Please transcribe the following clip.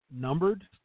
numbered